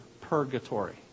purgatory